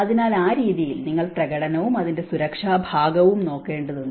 അതിനാൽ ആ രീതിയിൽ നിങ്ങൾ പ്രകടനവും അതിന്റെ സുരക്ഷാ ഭാഗവും നോക്കേണ്ടതുണ്ട്